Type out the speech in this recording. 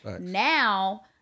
now